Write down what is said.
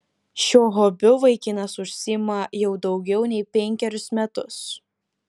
šiuo hobiu vaikinas užsiima jau daugiau nei penkerius metus